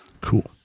Cool